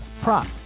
prop